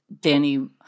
Danny